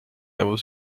able